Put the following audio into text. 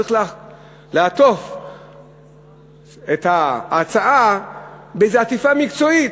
צריך לעטוף את ההצעה באיזו עטיפה מקצועית.